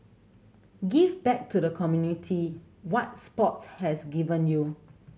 give back to the community what sports has given you